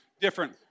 different